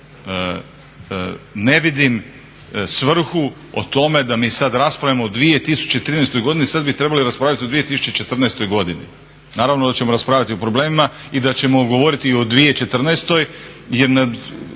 Ne vidim svrhu o tome da mi sada raspravljamo 2013. godini, sada bi trebali raspravljati o 2014. godini. Naravno da ćemo raspravljati o problemima i da ćemo govoriti i o 2014. jer